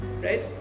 right